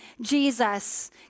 Jesus